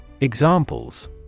Examples